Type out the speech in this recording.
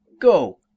Go